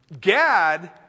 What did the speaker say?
Gad